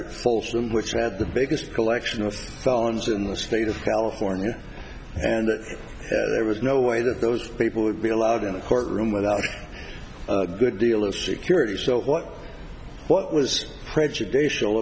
folsom which had the biggest collection of felons in the state of california and there was no way that those people would be allowed in a courtroom without a good deal of security so what what was prejudicial